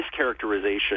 mischaracterization